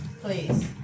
Please